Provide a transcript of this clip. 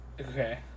Okay